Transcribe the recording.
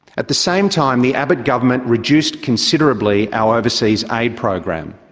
at the same time, the abbott government reduced considerably our overseas aid program.